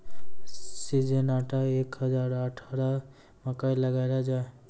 Syngenta एक हजार अठारह मकई लगैलो जाय?